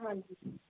ਹਾਂਜੀ